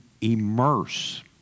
immerse